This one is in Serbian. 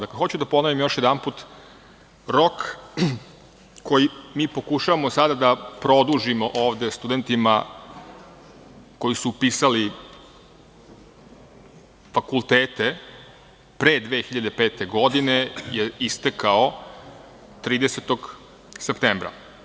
Dakle, hoću da ponovim još jedanput - rok koji mi pokušavamo sada da produžimo ovde studentima koji su upisali fakultete pre 2005. godine je istekao 30. septembra.